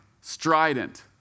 strident